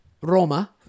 Roma